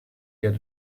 get